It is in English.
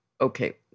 okay